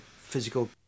physical